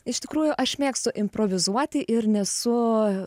iš tikrųjų aš mėgstu improvizuoti ir nesu